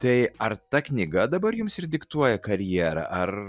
tai ar ta knyga dabar jums ir diktuoja karjerą ar